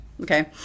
okay